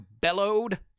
bellowed